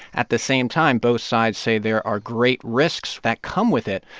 at the same time, both sides say there are great risks that come with it,